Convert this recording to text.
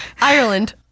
Ireland